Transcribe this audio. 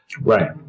Right